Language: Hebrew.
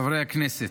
חברי הכנסת,